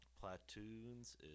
Platoons